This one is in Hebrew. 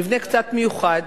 מבנה קצת מיוחד.